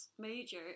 major